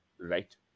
Right